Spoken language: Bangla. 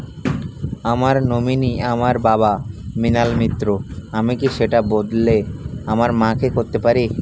আমার নমিনি আমার বাবা, মৃণাল মিত্র, আমি কি সেটা বদলে আমার মা কে করতে পারি?